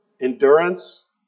endurance